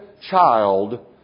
child